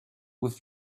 with